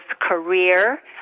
career